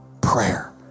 prayer